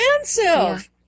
expensive